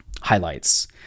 highlights